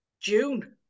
June